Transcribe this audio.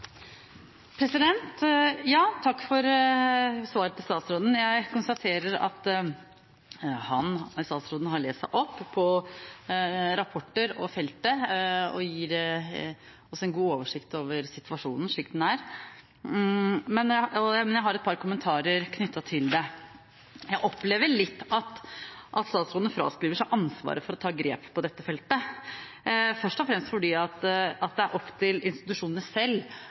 for svaret. Jeg konstaterer at statsråden har lest seg opp på rapporter på feltet, og gir oss en god oversikt over situasjonen slik den er. Men jeg har et par kommentarer knyttet til det. Jeg opplever at statsråden fraskriver seg ansvaret for å ta grep på dette feltet, først og fremst fordi det er opp til institusjonene selv